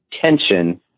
tension